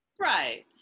Right